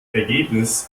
ergebnis